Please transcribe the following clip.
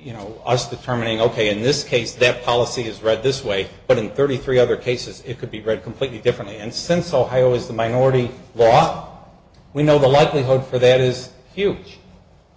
you know us determining ok in this case that policy is read this way but in thirty three other cases it could be read completely differently and since ohio is the minority lot we know the likelihood for that is huge